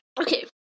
Okay